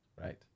Right